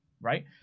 right